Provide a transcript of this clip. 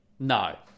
No